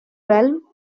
realm